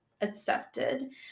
accepted